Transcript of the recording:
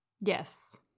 Yes